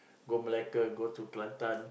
go Melaka go to Kelantan